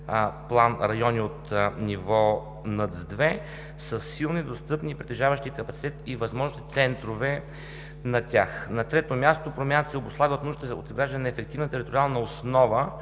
план райони от ниво 2 със силни, достъпни и притежаващи капацитет и възможности центрове. На трето място, промяната се обуславя от нуждата от изграждане на ефективна териториална основа,